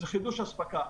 זה חידוש אספקה.